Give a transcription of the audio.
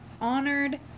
honored